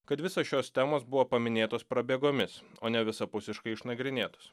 kad visos šios temos buvo paminėtos prabėgomis o ne visapusiškai išnagrinėtos